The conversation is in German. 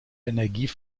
energie